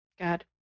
God